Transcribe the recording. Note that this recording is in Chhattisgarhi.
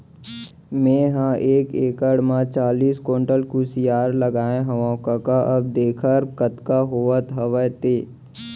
मेंहा एक एकड़ म चालीस कोंटल कुसियार लगाए हवव कका अब देखर कतका होवत हवय ते